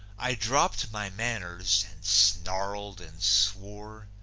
i dropped my manners and snarled and swore,